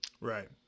Right